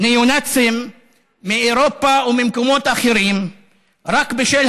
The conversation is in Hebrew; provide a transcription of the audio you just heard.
ניאו-נאצים מאירופה וממקומות אחרים רק בשל